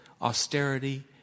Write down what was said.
austerity